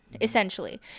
essentially